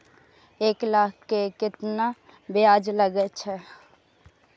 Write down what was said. एक लाख के केतना ब्याज लगे छै?